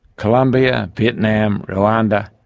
colombia, vietnam, rwanda,